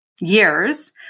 Years